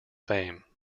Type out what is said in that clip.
fame